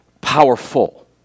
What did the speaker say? powerful